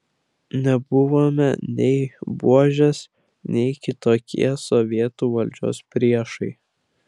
nebuvome nei buožės nei kitokie sovietų valdžios priešai